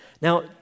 Now